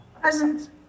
Present